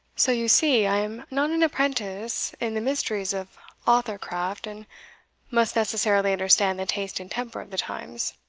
so you see i am not an apprentice in the mysteries of author-craft, and must necessarily understand the taste and temper of the times.